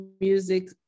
music